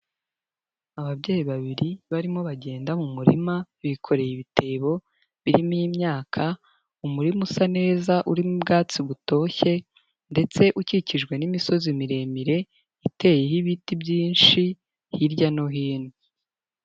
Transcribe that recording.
Ababyeyi babiri barimo bagenda mu murima, bikoreye ibitebo birimo imyaka, umurima usa neza urimo ubwatsi butoshye ndetse ukikijwe n'imisozi miremire, iteyeho ibiti byinshi hirya no hino.